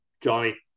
Johnny